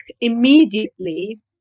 immediately